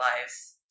lives